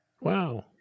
Wow